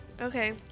Okay